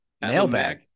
Mailbag